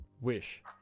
Wish